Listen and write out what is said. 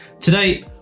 Today